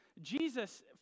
Jesus